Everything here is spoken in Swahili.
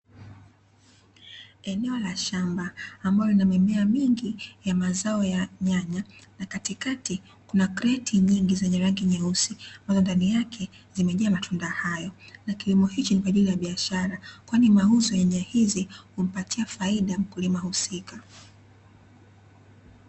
Eneo la shamba ambalo lina mimea mingi ya mazao ya nyanya na katikati kuna kreti nyingi zenye rangi nyeusi na ndani yake zimejaa matunda hayo, na kilimo hichi ni kwa ajili ya biashara, kwani mauzo ya nyanya hizi humpatia faida mkulima husika.